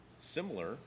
similar